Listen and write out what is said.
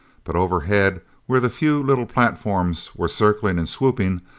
but overhead, where the few little platforms were circling and swooping,